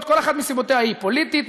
כל אחת מסיבותיה שלה: פוליטית,